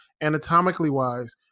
anatomically-wise